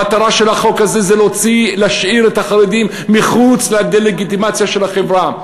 המטרה של החוק הזה היא להשאיר את החרדים מחוץ ללגיטימציה של החברה.